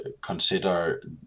consider